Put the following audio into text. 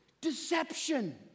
deception